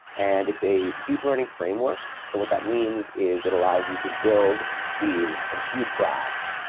and it's a deep learning framework. so what that means is it allows you to build these computer graphs,